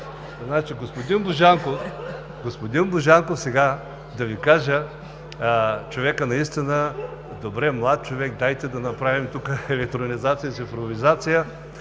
Господин Божанков, сега да Ви кажа… Човекът наистина добре, млад човек е, дайте да направим тук електронизация, цифровизация.